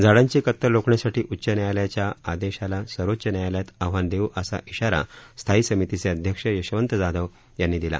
झाडांची कत्तल रोखण्यासाठी उच्च न्यायालयाच्या आदेशाला सर्वोच्च न्यायालयात आव्हान देऊ असा इशारा स्थायी समितीचे अध्यक्ष यशवंत जाधव यांनी दिला